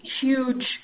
huge